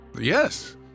Yes